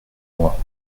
moi